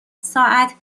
ساعت